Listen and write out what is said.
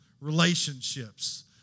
relationships